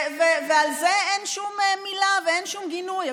על זה אין שום מילה ואין שום גינוי.